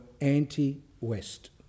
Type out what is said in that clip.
anti-West